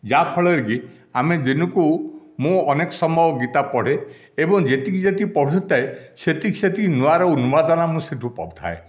ଯାହା ଫଳରେ କି ଆମେ ଦିନକୁ ମୁଁ ଅନେକ ସମୟ ଗୀତା ପଢ଼େ ଏବଂ ଯେତିକି ଯେତିକି ପଢ଼ୁଥାଏ ସେତିକି ସେତିକି ନୂଆର ଉନ୍ମାଦନା ମୁଁ ସେଇଠୁ ପାଉଥାଏ